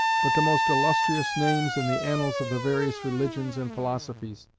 but the most illustrious names in the annals of the various religions and philosophies,